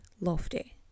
Lofty